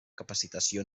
capacitació